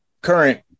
current